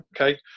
Okay